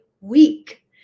week